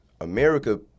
America